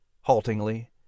haltingly